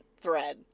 thread